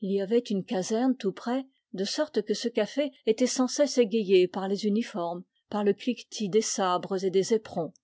il y avait une caserne tout près de sorte que ce café était sans cesse égayé par les uniformes par le cliquetis des sabres et des éperons